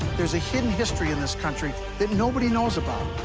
there's a hidden history in this country that nobody knows about.